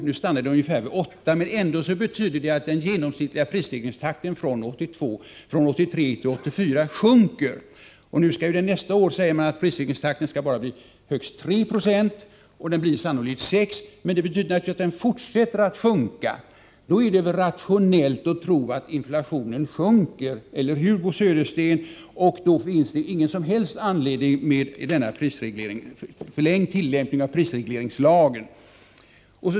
Nu stannar prisstegringen vid 8 20. Det betyder ändå att den genomsnittliga ökningstakteni prisstegringarna från 1983 till 1984 sjunker. Nästa år skall prisstegringen bara bli högst 3 26, säger man. Den blir sannolikt 6 96. Men det betyder att ökningstakten fortsätter att minska. Då är det väl rationellt att tro att inflationen minskar, eller hur, Bo Södersten? Då finns det ingen som helst anledning att förlänga tillämpningen av prisregleringslagen.